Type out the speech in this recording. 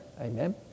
Amen